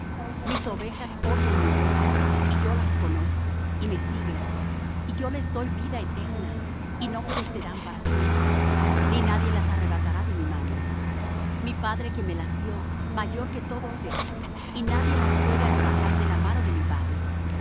mis ovejas oyen mi voz y yo las conozco y me siguen y yo les doy vida eterna y no perecerán para siempre ni nadie las arrebatará de mi mano mi padre que me las dió mayor que todos es y nadie las puede arrebatar de la mano de mi padre